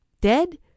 Dead